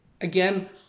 again